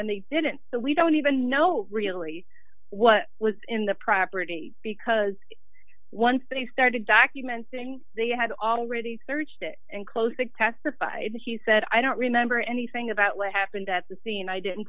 and they didn't so we don't even know really what was in the property because once they started documenting they had already searched it and closed that pacified he said i don't remember anything about what happened at the scene i didn't